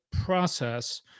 process